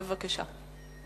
בבקשה.